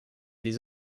des